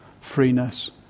freeness